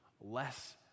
less